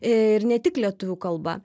ir ne tik lietuvių kalba